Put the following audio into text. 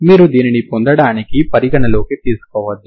మీరు దీనిని పొందడానికి పరిగణనలోకి తీసుకోవద్దు